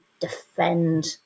defend